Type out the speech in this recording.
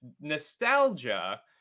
nostalgia